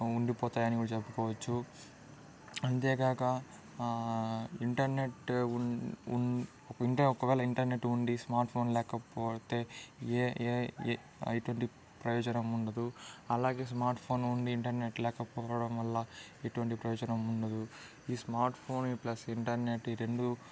ఉండిపోతాయి అని కూడా చెప్పుకోవచ్చు అంతేకాక ఇంటర్నెట్ ఉం ఉంటే ఒక వేళ ఇంటర్నెట్ ఉండి స్మార్ట్ ఫోన్ లేకపోతే ఏ ఏ ఎటువంటి ప్రయోజనం ఉండదు అలాగే స్మార్ట్ ఫోన్ ఉండి ఇంటర్నెట్ లేకపోవడం వల్ల ఎటువంటి ప్రయోజనం ఉండదు ఈ స్మార్ట్ ఫోన్ ప్లస్ ఇంటర్నెట్ ఈ రెండు